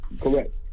Correct